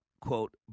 quote